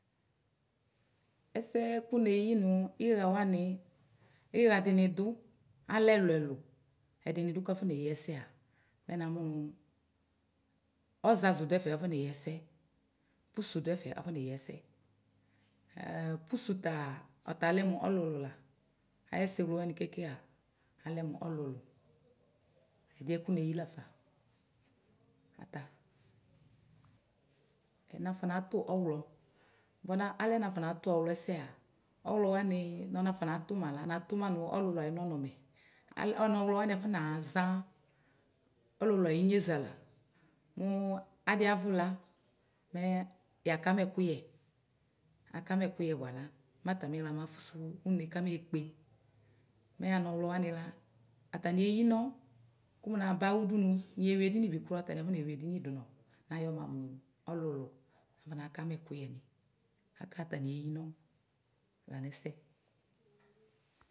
Ɛsɛ kʋ neyi nʋ iɣa wanɩ iɣa dini dʋ alɛ ɛlʋ ɛlʋ ɛdini dʋ kakoneyi ɛsɛaa mɛ namʋ nʋ ɔzazʋ dʋ ɛfɛ akɔneyi ɛsɛ pʋsʋ dʋ ɛfɛ akɔneyi ɛsɛ. pʋsʋ taa ɔta lɛmʋ ɔlʋlʋ la ayiɛ wlewani keke aa ɔtalɛ pʋ ɔlʋlʋ la ɛdiɛ kʋ neyi lafa ata. Nafɔnatʋ ɔwlɔ bʋa alɛ nafɔnatʋ ɔwlɔɛ sɛaa ɔwlɔwanɩ nɔ nafɔna tʋma nʋ ɔlʋlʋ ayɩ nɔnomɛ anɔwlɔ wani afɔ naza ɔlʋlʋ ayineza la mʋ adiavʋ la mɛyakama ɛkʋyɛ akama ɛkʋyɛ bʋala mɛ atamiɣla mafʋsʋ ʋne kame kpe mɛ anʋ ɔwlɔ wania atani eyinɔ kʋmʋ naba ʋdʋnʋ kʋ niyewi edini kraa atani akɔnewi edini dʋ nɔ nayɔma mʋ ɔlʋlʋ nafɔna kama ɛkʋyɛ aka atani eyinɔ lanʋ ɛsɛ.